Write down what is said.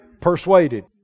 persuaded